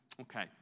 Okay